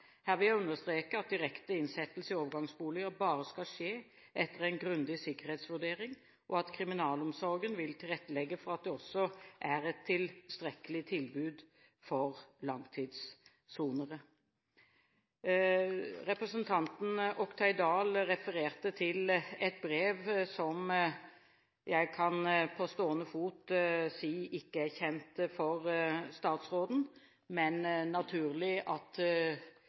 Her vil jeg understreke at direkte innsettelse i overgangsboliger bare skal skje etter en grundig sikkerhetsvurdering, og at kriminalomsorgen vil tilrettelegge for at det også er et tilstrekkelig tilbud for langtidssonere. Representanten Oktay Dahl refererte til et brev som jeg ikke på stående fot kan si er kjent for statsråden, men det er naturlig at